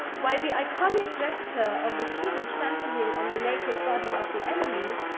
while the iconic gesture of the king trampling on the naked body of the enemy,